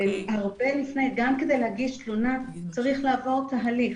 הרבה לפני, גם כדי להגיש תלונה צריך לעבור תהליך.